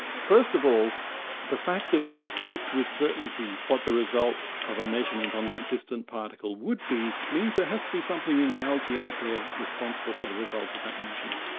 first of all the fact that we can predict with certainty what the result of a measurement on that distant particle would be, means there has to be something in reality out there responsible for the result of that measurement.